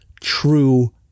true